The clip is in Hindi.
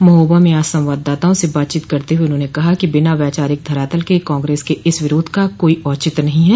महोबा में आज संवाददाताओं से बातचीत करते हुए उन्होंने कहा कि बिना वैचारिक धरातल के कांग्रेस के इस विरोध का कोई औचित्य नहीं है